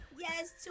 Yes